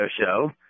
show